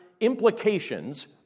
implications